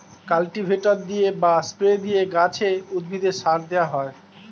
cultivator দিয়ে বা spray দিয়ে গাছে, উদ্ভিদে সার দেওয়া হয়